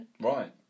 Right